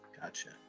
Gotcha